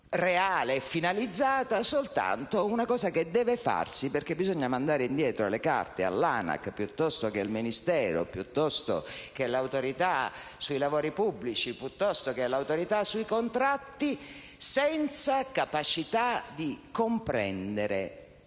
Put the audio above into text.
reale, soltanto una cosa che deve essere fatta, perché bisogna mandare indietro le carte all'ANAC piuttosto che al Ministero, piuttosto che all'Autorità sui lavori pubblici, piuttosto che all'Autorità sui contratti, senza capacità di comprendere